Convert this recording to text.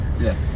yes